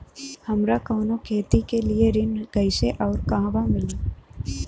हमरा कवनो खेती के लिये ऋण कइसे अउर कहवा मिली?